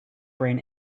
brain